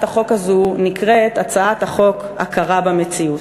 החוק הזאת נקראת הצעת חוק "הכרה במציאות".